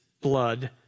blood